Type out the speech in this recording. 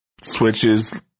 switches